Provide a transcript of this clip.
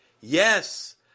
Yes